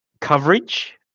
coverage